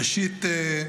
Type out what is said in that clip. ראשית,